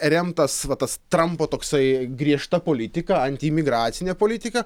remtas va tas trampo toksai griežta politika antiimigracinė politika